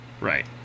right